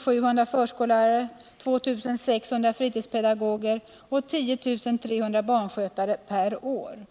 700 förskollärare, 2 600 fritidspedagoger och 10 300 barnskötare per år.